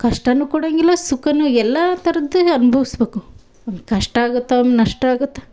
ಕಷ್ಟನು ಕೊಡಂಗಿಲ್ಲ ಸುಖನು ಎಲ್ಲಾ ಥರದ್ದೇ ಅನ್ಭವ್ಸ್ಬೇಕು ಕಷ್ಟವಾಗುತ್ತೋ ನಷ್ಟವಾಗುತ್ತೊ